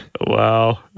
Wow